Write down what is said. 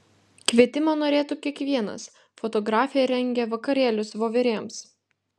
kvietimo norėtų kiekvienas fotografė rengia vakarėlius voverėms